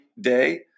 day